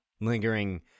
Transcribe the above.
lingering